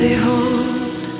Behold